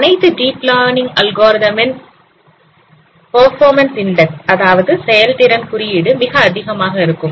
அனைத்து deep learning algorithm ன் performance index அதாவது செயல்திறன் குறியீடு மிக அதிகமாக இருக்கும்